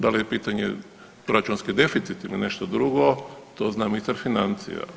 Da li je pitanje proračunski deficit ili nešto drugo to zna ministar financija.